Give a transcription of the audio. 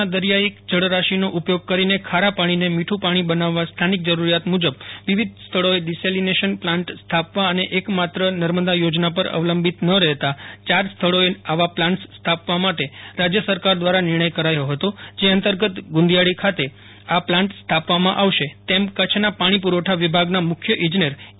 ના દરિયાઇ જળરાશીનો ઉપયોગ કરીને ખારા પાણીને મીઠુ પાણી બનાવવા સ્થાનિક જરૂરીયાત મુજબ વિવિધ સ્થળોએ ડીસેલીનેશન પ્લાન્ટ સ્થાપવા અને એક માત્ર નર્મદા યોજના પર અવલંબિત ન રહેતા યાર સ્થળોએ આવા પ્લાન્ટસ સ્થાપવા માટે સરકાર દ્વારા નિર્ણય કરાથો હતો જે અંતર્ગત ગુંદીયાળી ખાતે આ પ્લાન્ટ સ્થાપવામાં આવશે તેમ કચ્છના પાણી પૂરવઠા વિભાગના મુખ્ય ઇજનેર એ